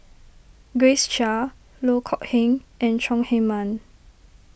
Grace Chia Loh Kok Heng and Chong Heman